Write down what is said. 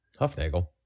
Huffnagel